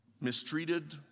mistreated